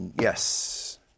yes